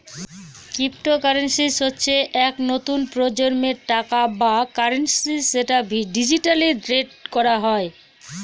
cryptocurrency হচ্ছে এক নতুন প্রজন্মের টাকা বা কারেন্সি যেটা ডিজিটালি ট্রেড করা হয়